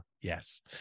Yes